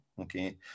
okay